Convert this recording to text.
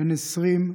בן 20,